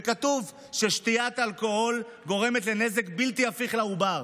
וכתוב ששתיית אלכוהול גורמת נזק בלתי הפיך לעובר.